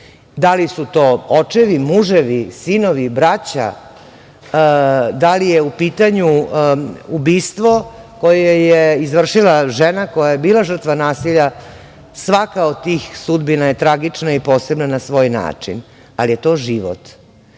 Da li su to očevi, muževi, sinovi, braća, da li je u pitanju ubistvo koje je izvršila žena koja je bila žrtva nasilja, svaka od tih sudbina je tragična i posebna na svoj način, ali je to život. Ako